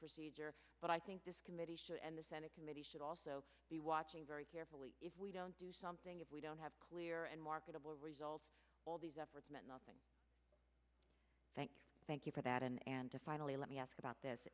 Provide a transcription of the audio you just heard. procedure but i think this committee and the senate committee should also be watching very carefully if we don't do something if we don't have clear and marketable results all these efforts meant nothing thank you thank you for that and to finally let me ask about this